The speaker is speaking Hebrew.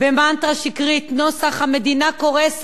במנטרה שקרית נוסח: המדינה קורסת,